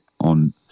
on